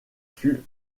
fut